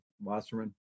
Wasserman